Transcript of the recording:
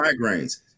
migraines